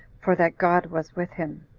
for that god was with him.